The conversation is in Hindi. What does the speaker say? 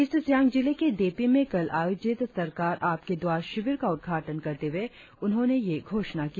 ईस्ट सियांग जिले के देपी में कल आयोजित सरकार आपके द्वार शिविर का उद्घाटन करते हुए उन्होंने यह घोषणा की